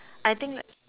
I think like